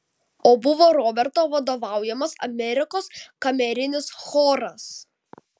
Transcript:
o buvo roberto vadovaujamas amerikos kamerinis choras